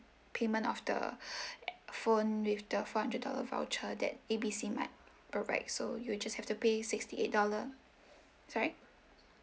payment of the phone with the four hundred dollar voucher that A B C mart provide so you'll just have to pay sixty eight dollar sorry